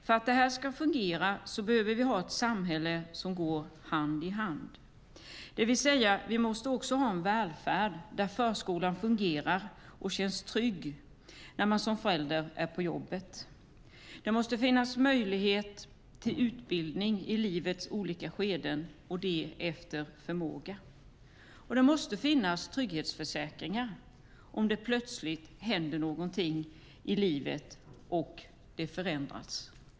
För att det ska fungera behöver vi ha ett samhälle som går hand i hand, det vill säga vi måste ha en välfärd där förskolan fungerar och känns trygg när man som förälder är på jobbet, det måste finnas möjlighet till utbildning efter förmåga i livets olika skeden, och det måste finnas trygghetsförsäkringar, om det plötsligt händer något i livet och det förändras.